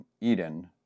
Eden